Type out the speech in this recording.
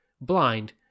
blind